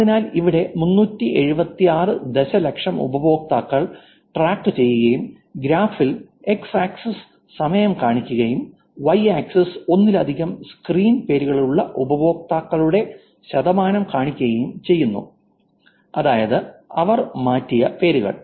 അതിനാൽ ഇവിടെ 376 ദശലക്ഷം ഉപയോക്താക്കൾ ട്രാക്ക് ചെയ്യുകയും ഗ്രാഫിൽ X ആക്സിസ് സമയം കാണിക്കുകയും വൈ ആക്സിസ് ഒന്നിലധികം സ്ക്രീൻ പേരുകളുള്ള ഉപയോക്താക്കളുടെ ശതമാനം കാണിക്കുകയും ചെയ്യുന്നു അതായത് അവർ മാറ്റിയ പേരുകൾ